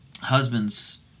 husbands